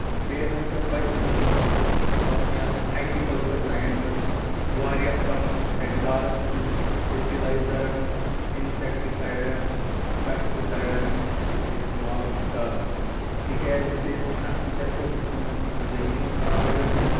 بیٚیہِ ہسا پَزِ یِمن پَنٕنہِ اَتھ ایٚگرِکلچر لینٛڈِ منٛز واریاہ کَم میقدارس منٛز فٔٹِلیزَرن انسیکٹسیڈن پیسٹ سایڈن ہُنٛد اِستعمال کَرُن تِکیازِ امہِ سۭتۍ ہسا چھِ سٲنۍ زمیٖن خراب گژھان